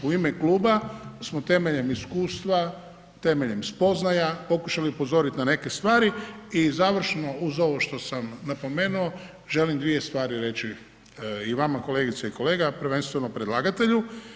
U ime kluba smo temeljem iskustva, temeljen spoznaja pokušali upozoriti na neke stvari i završno uz ovo što sam napomenuo, želim dvije stvari reći i vama kolegice i kolege, a prvenstveno predlagatelju.